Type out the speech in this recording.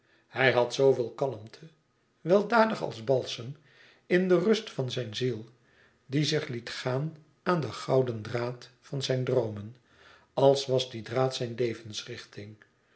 hij had zooveel kalmte weldadig als balsem in de rust van zijn ziel die zich liet gaan aan den goudenen draad van zijn droomen als was die draad zijn